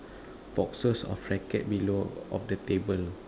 boxes of rackets below of the table